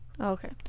okay